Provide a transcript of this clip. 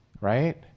right